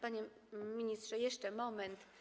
Panie ministrze, jeszcze moment.